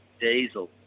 Diesel